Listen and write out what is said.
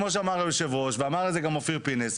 כמו שאמר היו"ר ואמר את זה גם אופיר פינס,